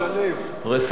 אורי,